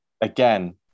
Again